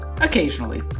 Occasionally